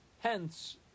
hence